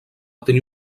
tenir